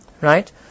right